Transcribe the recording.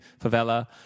favela